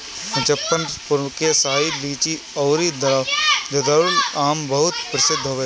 मुजफ्फरपुर के शाही लीची अउरी जर्दालू आम बहुते प्रसिद्ध हवे